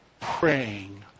praying